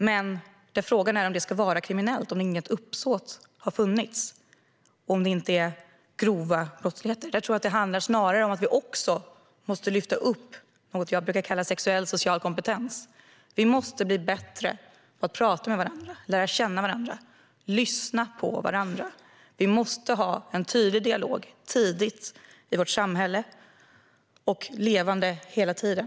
Men frågan är om det ska vara kriminellt, ifall det inte har funnits något uppsåt om det inte är grova brott. Jag tror snarare att vi också måste lyfta upp det som jag brukar kalla för sexuell social kompetens. Vi måste bli bättre på att prata med varandra, lära känna varandra och lyssna på varandra. Vi måste ha en tydlig dialog tidigt i vårt samhälle. Den ska hela tiden vara levande.